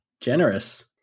generous